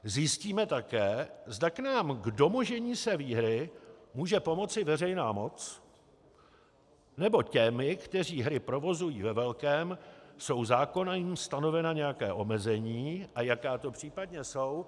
Zjistíme také, zda nám k domožení se výhry může pomoci veřejná moc, nebo těm, kteří hry provozují ve velkém, jsou zákonem stanovena nějaká omezení a jaká to případně jsou.